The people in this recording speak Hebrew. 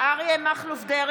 (קוראת בשמות חברי הכנסת) אריה מכלוף דרעי,